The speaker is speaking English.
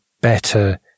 better